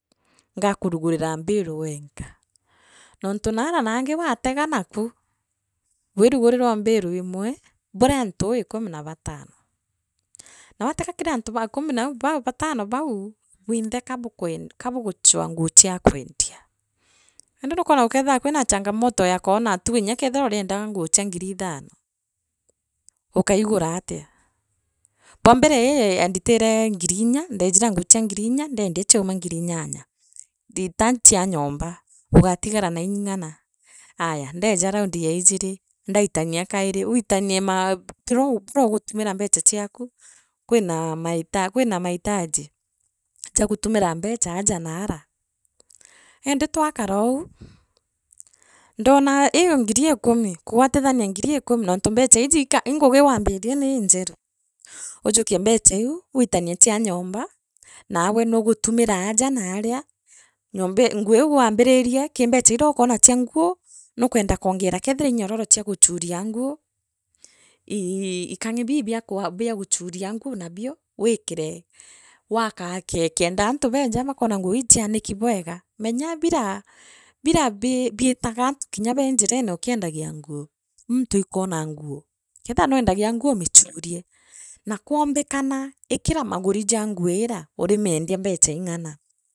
Ngakurugurira mbiru wenka aah nontu na aria nange waatega naku bwiruguririwa mbiri imwe buri antu uu ikumi na batano bau bwinthe kabukwe kabuguchwaa nguu chia kwendia nandi nukwona gukethirwa kwina changamoto ya kwona tuuge nya keethira uriendaa kwona nguu chia ngiri ithano ukaigura atia. bwa mbere ii ee yaanditire ngiri inya ndeejira anguu chia ngiri inya ndeendia chiauma ngiri inyanya riita chia nyomba ugaatigara na ingi ing’ana aaya ndeeja raundi ya ijiri ndaitania kairo wiitanie maa buri burio ugutumire mbecha chiaku, kwina maita maitaji jaa gutumira mbecha aaja naara iindi twakarou ndoona iu ngiri ikumi kugwatithania ngiri ikumi nontu mbecha iji ika ingugi waanjiria niinjera ujukie mbecha iu wiitanie chia nyomba naagwe nugutimiraga raaria nguu ii ikangi bii bia kuu bia guchuria nguu nabio wikine waakake kenda antu benja baakenya nguu ii ichianiki bwega menya bira bira bii biitaga antu kinya bee njirene ukiendagia nguu muntu ii kwona nguu kethia nweendagia nguu miichurie woombikana ikira maguri jaa nguu ira urimiendia mbecha igana.